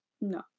No